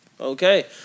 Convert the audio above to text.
Okay